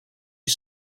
you